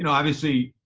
and obviously